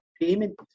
payment